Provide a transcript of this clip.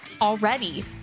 already